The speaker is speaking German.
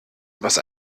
was